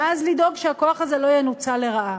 ואז לדאוג שהכוח הזה לא ינוצל לרעה.